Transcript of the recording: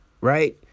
Right